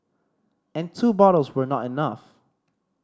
and two bottles were not enough